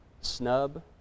snub